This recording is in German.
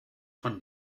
von